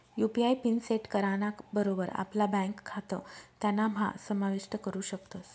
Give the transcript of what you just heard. UPI PIN set कराना बरोबर आपला ब्यांक खातं त्यानाम्हा समाविष्ट करू शकतस